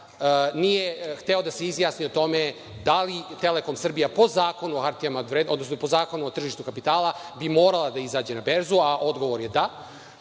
nije hteo da se izjasni o tome da li „Telekom Srbija“ po Zakonu o tržištu kapitala bi morala da izađe na berzu, a odgovor je –